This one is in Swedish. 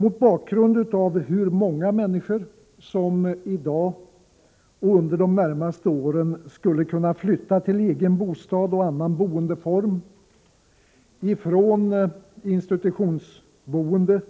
Mot bakgrund av hur många människor som i dag och under de närmaste åren skulle kunna flytta till egen bostad och annan boendeform från institutionsboende